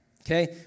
Okay